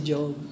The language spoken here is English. Job